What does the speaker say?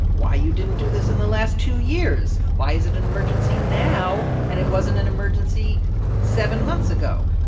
why you didn't do this in the last two years. why is it an emergency now, and it wasn't an emergency seven months ago?